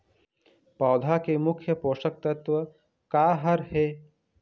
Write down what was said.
पौधा के मुख्य पोषकतत्व का हर हे?